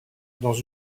dans